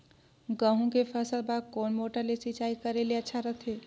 गहूं के फसल बार कोन मोटर ले सिंचाई करे ले अच्छा रथे?